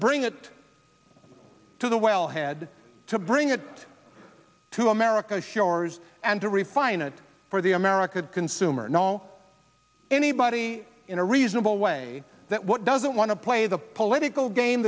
bring it to the wellhead to bring it to america's shores and to refine it for the american consumer no anybody in a reasonable way that doesn't want to play the political ga